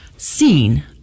seen